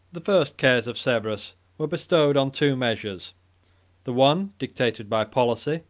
the first cares of severus were bestowed on two measures the one dictated by policy,